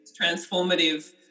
transformative